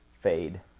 fade